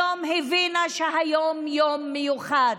היום הבינה שהיום יום מיוחד.